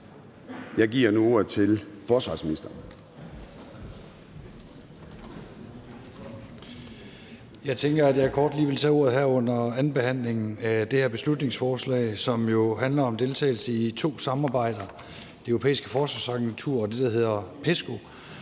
Troels Lund Poulsen (fg.): Jeg tænker, at jeg kort lige vil tage ordet her under andenbehandlingen af det her beslutningsforslag, som jo handler om deltagelse i to samarbejder: Det Europæiske Forsvarsagentur og det, der hedder PESCO.